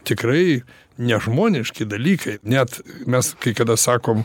tikrai nežmoniški dalykai net mes kai kada sakom